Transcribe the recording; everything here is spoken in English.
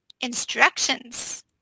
instructions